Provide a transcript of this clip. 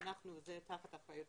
זה תחת אחריותנו.